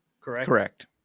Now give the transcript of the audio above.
correct